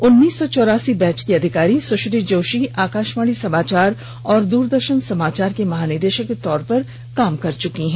उन्नीस सौ चौरासी बैच की अधिकारी सुश्री जोशी आकाशवाणी समाचार और दूरदर्शन समाचार की महानिदेशक के तौर पर काम कर चुकी हैं